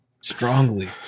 strongly